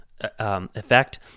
effect